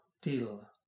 till